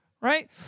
Right